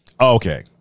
okay